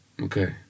Okay